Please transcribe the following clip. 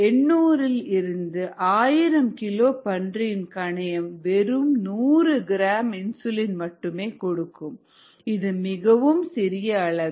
800 இல் இருந்து ஆயிரம் கிலோ பன்றியின் கணையம் வெறும் 100 கிராம் இன்சுலின் மட்டுமே கொடுக்கும் இது மிகவும் சிறிய அளவே